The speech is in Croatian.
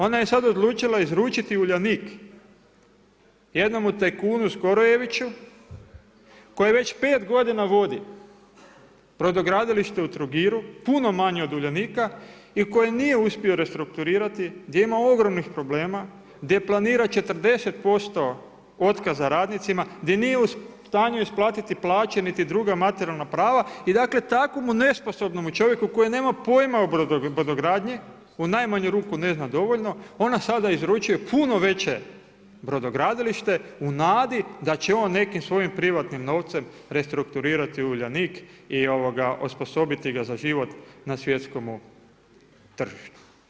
Ona je sada odlučila izručiti Uljanik, jednomu tajkunu Skorojeviću koji već 5 godina vodi brodogradilište u Trogiru puno manje od Uljanika i koji nije uspio restrukturirati, gdje ima ogromnih problema, gdje planira 40% otkaza radnicima, gdje nije u stanju isplatiti plaće niti druga materijalna prava i dakle takvomu nesposobnomu čovjeku koji nema pojama o brodogradnji, u najmanju ruku ne zna dovoljno, ona sada izručuje puno veće brodogradilište u nadi da će on nekim svojim privatnim novcem restrukturirati Uljanik i osposobiti ga za život na svjetskomu tržištu.